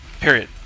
Period